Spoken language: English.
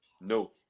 no